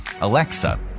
Alexa